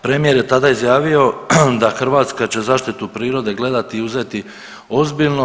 Premijer je tada izjavio da Hrvatska će zaštitu prirode gledati i uzeti ozbiljno.